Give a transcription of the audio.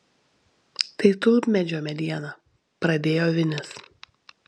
tai tulpmedžio mediena pradėjo vinis